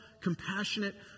compassionate